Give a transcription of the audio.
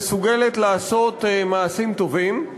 מסוגלת לעשות מעשים טובים.